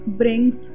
brings